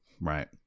Right